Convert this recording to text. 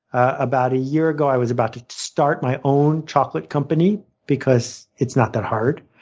about a year ago i was about to start my own chocolate company because it's not that hard.